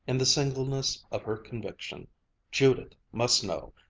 in the singleness of her conviction judith must know!